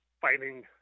fighting